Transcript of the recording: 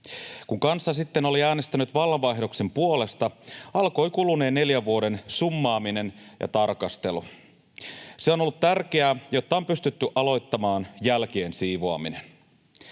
Kun kansa sitten oli äänestänyt vallanvaihdoksen puolesta, alkoi kuluneen neljän vuoden summaaminen ja tarkastelu. Se on ollut tärkeää, jotta on pystytty aloittamaan jälkien siivoaminen.